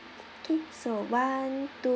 okay so one two